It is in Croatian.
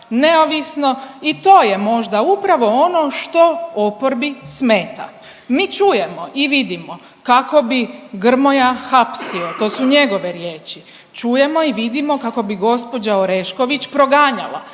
neovisno i to je možda upravo ono što oporbi smeta. Mi čujemo i vidimo kako bi Grmoja hapsio, to su njegove riječi, čujemo i vidimo kako bi gđa Orešković proganjala,